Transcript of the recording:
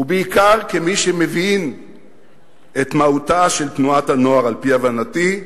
ובעיקר כמי שמבין את מהותה של תנועת הנוער על-פי הבנתי,